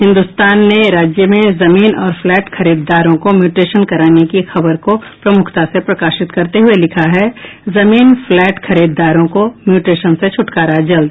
हिन्दुस्तान ने राज्य में जमीन और फ्लैट खरीददारों को म्यूटेशन कराने की खबर को प्रमुखता से प्रकाशित करते हुये लिखा है जमीन फ्लैट खरीदारों को म्यूटेशन से छुटकारा जल्द